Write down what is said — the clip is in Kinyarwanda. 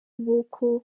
nk’uko